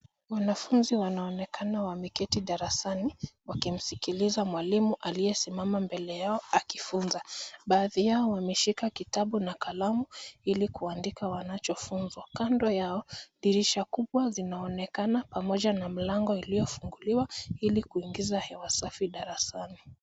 Wanafunzi wanaonekana wameketi darasani, wakimsikiliza mwalimu aliyesimama mbele yao, akifunza. Baadhi yao wameshika kitabu na kalamu, ili kuandika wanachofunzwa. Kando yao, dirisha kubwa zinaonekana, pamoja ya milango iliyofunguliwa, ili kuingiza hewa safi darasani.